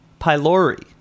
pylori